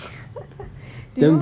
do you